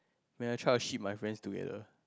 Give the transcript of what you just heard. when I try to ship my friends together